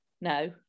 No